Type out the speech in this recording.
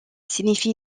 signifie